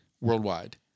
Worldwide